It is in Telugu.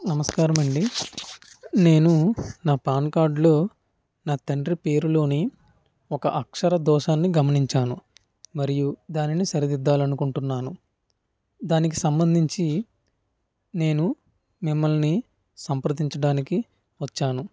నమస్కారమండి నేను నా పాన్కార్డ్లో నా తండ్రి పేరులోని ఒక అక్షర దోషాన్ని గమనించాను మరియు దానిని సరిదిద్దాలనుకుంటున్నాను దానికి సంబంధించి నేను మిమ్మల్ని సంప్రదించడానికి వచ్చాను